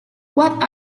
what